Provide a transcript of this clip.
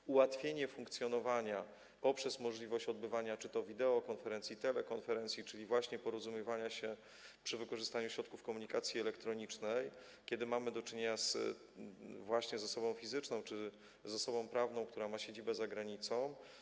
To ułatwienie funkcjonowania poprzez możliwość odbywania czy to wideokonferencji, czy to telekonferencji, czyli właśnie porozumiewania się przy wykorzystaniu środków komunikacji elektronicznej, kiedy mamy do czynienia właśnie z osobą fizyczną czy z osobą prawną, która ma siedzibę za granicą.